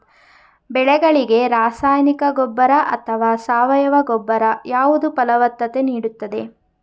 ಬೆಳೆಗಳಿಗೆ ರಾಸಾಯನಿಕ ಗೊಬ್ಬರ ಅಥವಾ ಸಾವಯವ ಗೊಬ್ಬರ ಯಾವುದು ಫಲವತ್ತತೆ ನೀಡುತ್ತದೆ?